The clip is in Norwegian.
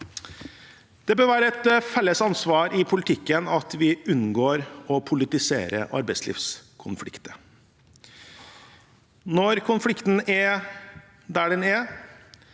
Det bør være et felles ansvar i politikken at vi unngår å politisere arbeidslivskonflikter. Når konflikten er der, er